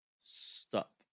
stop